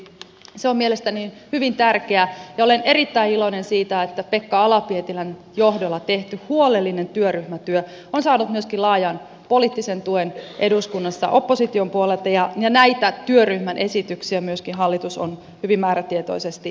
se on mielestäni hyvin tärkeää ja olen erittäin iloinen siitä että pekka ala pietilän johdolla tehty huolellinen työryhmätyö on saanut laajan poliittisen tuen eduskunnassa myöskin opposition puolelta ja näitä työryhmän esityksiä myöskin hallitus on hyvin määrätietoisesti eteenpäin viemässä